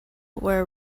where